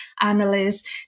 analysts